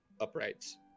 uprights